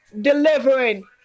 delivering